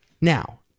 Now